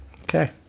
Okay